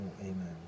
Amen